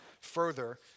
further